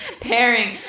pairing